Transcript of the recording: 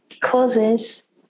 causes